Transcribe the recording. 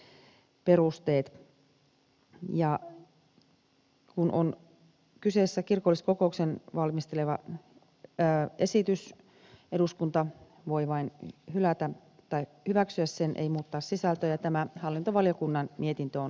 kun on kyseessä kirkolliskokouksen valmistelema esitys eduskunta voi vain hylätä tai hyväksyä sen ei muuttaa sisältöä ja tämä hallintovaliokunnan mietintö on